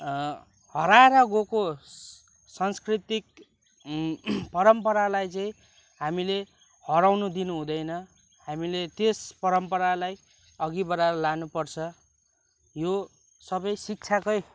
हराएर गएको सांस्कृतिक परम्परालाई चाहिँ हामीले हराउन दिनुहुँदैन हामीले त्यस परम्परालाई अघि बढाएर लानुपर्छ यो सबै शिक्षाकै